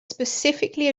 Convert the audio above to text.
specifically